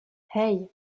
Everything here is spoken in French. hey